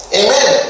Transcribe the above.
amen